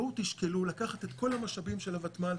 בואו תשקלו לקחת את כל המשאבים של הוותמ"ל,